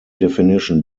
definition